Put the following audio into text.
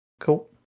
Cool